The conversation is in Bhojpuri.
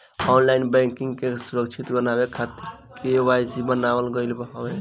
ऑनलाइन बैंकिंग के सुरक्षित बनावे खातिर के.वाई.सी बनावल गईल हवे